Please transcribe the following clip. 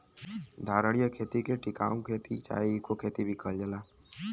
धारणीय खेती के टिकाऊ खेती चाहे इको खेती भी कहल जाला